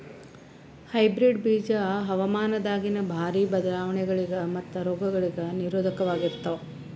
hybrid ಬೀಜ ಹವಾಮಾನದಾಗಿನ ಭಾರಿ ಬದಲಾವಣೆಗಳಿಗ ಮತ್ತು ರೋಗಗಳಿಗ ನಿರೋಧಕವಾಗಿರುತ್ತವ